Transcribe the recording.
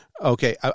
okay